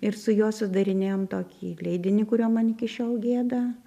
ir su juo sudarinėjom tokį leidinį kurio man iki šiol gėda